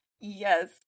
Yes